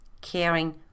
caring